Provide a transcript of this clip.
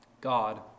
God